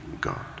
God